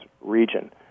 region